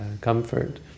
comfort